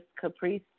Caprice